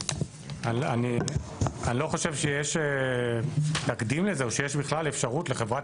אני לא חושב שיש תקדים לזה או שיש בכלל אפשרות לחברת